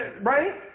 right